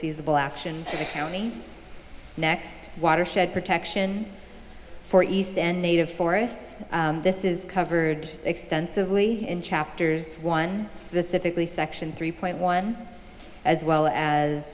feasible action for the county next watershed protection for east and native forest this is covered extensively in chapters one specifically section three point one as well as